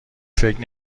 فکر